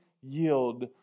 yield